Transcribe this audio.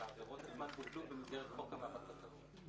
רק שהעבירות עצמן בוטלו במסגרת חוק המאבק בטרור.